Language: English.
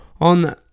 on